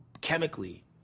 chemically